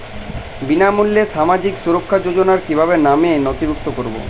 বিনামূল্যে সামাজিক সুরক্ষা যোজনায় কিভাবে নামে নথিভুক্ত করবো?